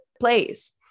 place